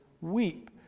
Weep